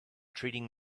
treating